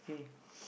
okay